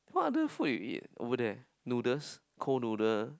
what other food you eat over there noodles cold noodle